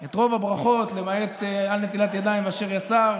את רוב הברכות למעט "על נטילת ידיים", ו"אשר יצר"